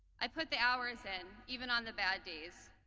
i put the hours in, even on the bad days.